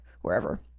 wherever